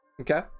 Okay